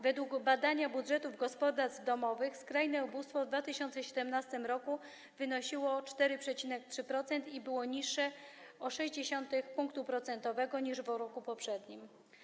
Według badania budżetów gospodarstw domowych skrajne ubóstwo w 2017 r. wynosiło 4,3% i było niższe o 0,6 pkt procentowego niż w roku poprzednim.